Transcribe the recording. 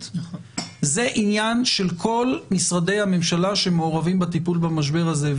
זה עניין של כל משרדי הממשלה שמעורבים בטיפול במשבר הזה.